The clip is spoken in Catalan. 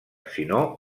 sinó